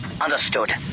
Understood